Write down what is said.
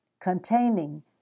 containing